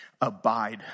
abide